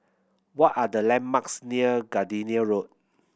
what are the landmarks near Gardenia Road